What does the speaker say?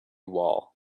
wall